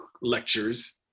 lectures